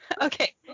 okay